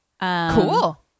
Cool